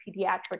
pediatric